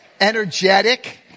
energetic